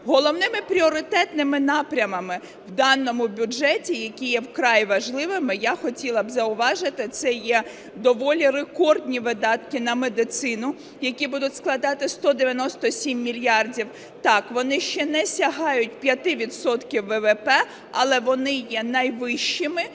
Головними, пріоритетними напрямами в даному бюджеті, які є вкрай важливими, я хотіла б зауважити, це є доволі рекордні видатки на медицину, які будуть складати 197 мільярдів. Так, вони ще не сягають 5 відсотків ВВП, але вони є найвищими,